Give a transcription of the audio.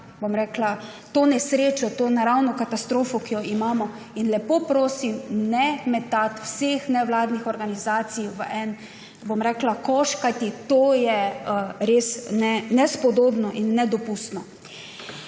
reševati to naravno katastrofo, ki jo imamo, in lepo prosim, ne metati vseh nevladnih organizacij v en koš, kajti to je res nespodobno in nedopustno.